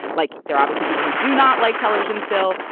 like they're obviously people who do not like television still,